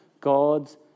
God's